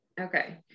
okay